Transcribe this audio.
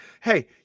hey